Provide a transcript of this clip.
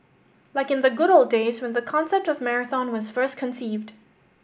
like in the good old days when the concept of marathon was first conceived